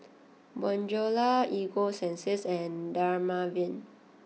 Bonjela Ego sunsense and Dermaveen